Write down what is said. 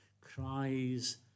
cries